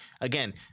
again